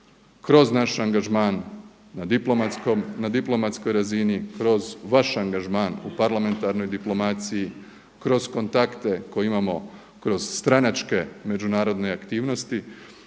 kroz naš angažman na diplomatskoj razini, kroz vaš angažman u parlamentarnoj diplomaciji, kroz kontakte koje imamo kroz stranačke međunarodne aktivnosti